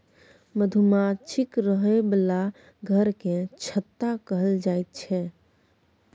मधुमाछीक रहय बला घर केँ छत्ता कहल जाई छै